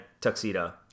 tuxedo